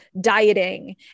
dieting